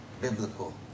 biblical